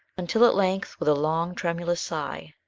until at length, with a long, tremulous sigh,